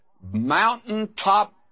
mountaintop